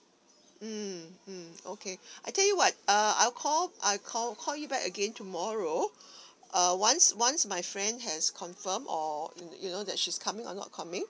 mm mm okay I tell you what uh I'll call I call call you back again tomorrow uh once once my friend has confirmed or you know that she's coming or not coming